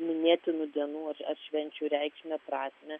minėtinų dienų ar švenčių reikšmę prasmę